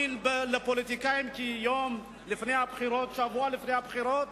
כי יום לפני הבחירות, שבוע לפני הבחירות,